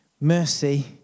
mercy